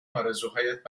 آرزوهایت